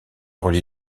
relie